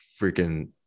freaking